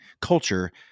culture